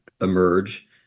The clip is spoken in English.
emerge